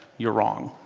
you're wrong.